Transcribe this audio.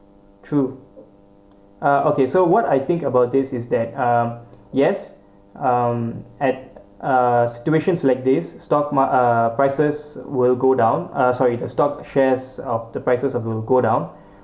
true uh okay so what I think about this is that uh yes um at uh situations like this stock mar~ uh prices will go down uh sorry the stock shares of the prices uh will go down